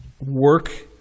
work